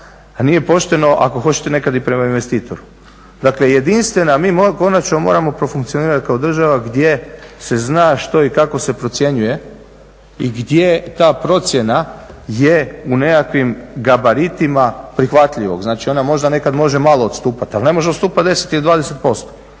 nije pošteno ako hoćete nekad i prema investitoru. Dakle, jedinstvena, mi konačno moramo profunkcionirati kao država gdje se zna što i kako se procjenjuje i gdje ta procjena je u nekakvim gabaritima prihvatljivog. Znači ona možda nekada može malo odstupati ali ne može odstupati 10 ili 20%.